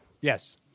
Yes